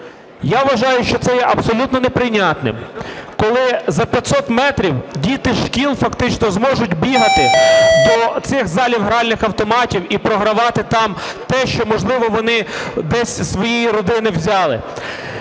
Я вважаю, що це є абсолютно неприйнятним, коли за 500 метрів діти зі шкіл фактично зможуть бігати до цих залів гральних автоматів і програвати там те, що, можливо, вони десь із своєї родини взяли.